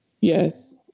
Yes